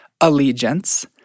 allegiance